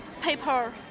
paper